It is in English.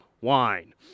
wine